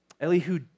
Elihu